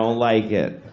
like it.